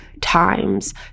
times